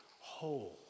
whole